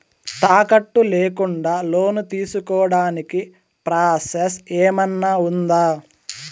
తాకట్టు లేకుండా లోను తీసుకోడానికి ప్రాసెస్ ఏమన్నా ఉందా?